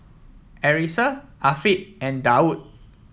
Arissa Afiq and Daud